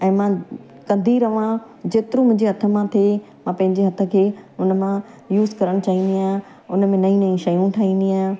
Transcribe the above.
ऐं मां कंदी रहियां जेतिरो मुंहिंजे हथ मां थिए मां पंहिंजे हथ खे उनमां यूस करणु चाहींदी आहियां उनमें नई नई शयूं ठाहींदी आहियां